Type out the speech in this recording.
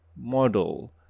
model